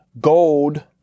gold